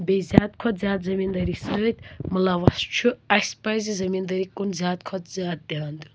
بیٚیہِ زیادٕ کھۄتہٕ زیادٕ زٔمیٖن دٲری سۭتۍ مُلَوَث چھِ اَسہِ پَزِ زٔمیٖن دٲری کُن زیادٕ کھۄتہٕ زیادٕ دیان دیُن